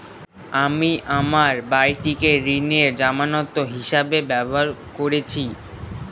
আমি আমার বাড়িটিকে ঋণের জামানত হিসাবে ব্যবহার করেছি